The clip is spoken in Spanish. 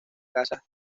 casas